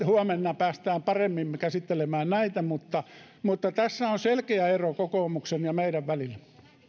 huomenna pääsemme paremmin käsittelemään näitä mutta mutta tässä on selkeä ero kokoomuksen ja meidän välillä